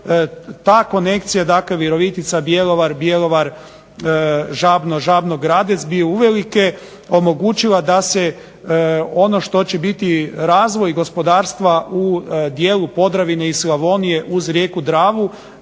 ta konekcija Virovitica Bjelovar, Bjelovar Žabno, Žabno Gradec bi uvelike omogućila da se ono što će biti razvoj gospodarstva u dijelu Podravine i Slavonije uz rijeku Dravu